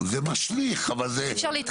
אוקיי.